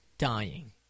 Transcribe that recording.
dying